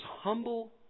humble